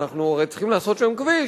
אנחנו הרי צריכים לעשות שם כביש,